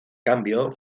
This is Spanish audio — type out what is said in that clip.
cambio